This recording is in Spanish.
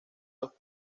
los